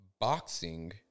boxing